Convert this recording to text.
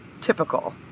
typical